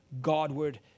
godward